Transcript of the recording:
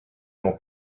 more